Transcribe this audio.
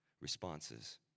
responses